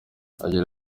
agira